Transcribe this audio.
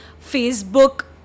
Facebook